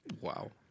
Wow